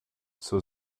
zur